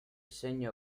segno